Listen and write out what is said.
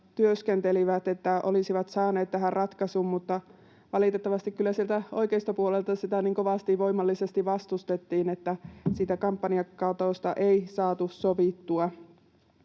työskentelivät, että olisivat saaneet tähän ratkaisun, mutta valitettavasti kyllä sieltä oikeistopuolelta sitä niin kovasti voimallisesti vastustettiin, että siitä kampanjakatosta ei saatu sovittua.